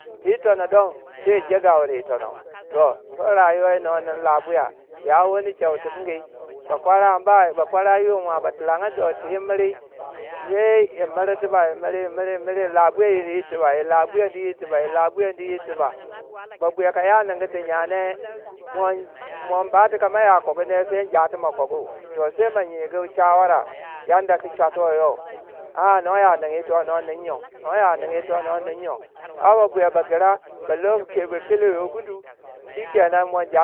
Ti yi tono don. sai yi jegaure yitono. Toh. to rayuwa noi niwui labuya. Ya wani chei tikingi, ba kwaranba, bakwara yo. ma ba tilanga du yi timiri sai yi miri tiba. yi miri yi miri miri laibuyandi yir tiba laibuyandi yir tiba laibuyadi yir tiba. ba buya ka ya ningu ti nye ne mo- mo nbatei kama ya kogu ne. sai njatei mo kogu. Toh sai mo nyigu shawara. yanda ku chotuoi yo. Aa no ya nin yito no yin nyo- no ya nin yito no yin nyo. Har babuya ba gira. ba lou yo ba keluyo gundu. Shikenan mo jatei.